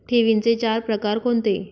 ठेवींचे चार प्रकार कोणते?